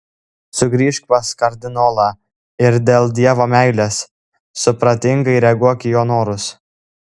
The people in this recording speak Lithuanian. sugrįžk pas kardinolą ir dėl dievo meilės supratingai reaguok į jo norus